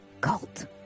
cult